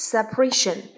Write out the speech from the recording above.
Separation